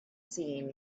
seen